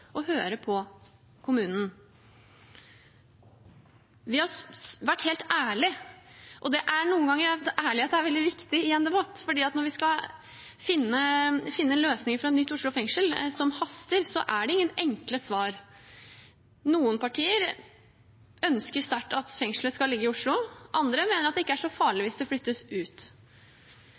høre på kommunen. Vi har vi vært helt ærlig, og det er noen ganger ærlighet er veldig viktig i en debatt, for når vi skal finne løsninger for et nytt Oslo fengsel, noe som haster, er det ingen enkle svar. Noen partier ønsker sterkt at fengselet skal ligge i Oslo, andre mener at det ikke er så farlig om det flyttes ut.